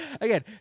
Again